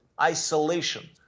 isolation